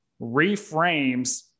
reframes